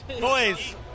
boys